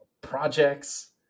projects